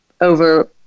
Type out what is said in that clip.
over